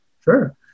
Sure